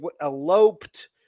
eloped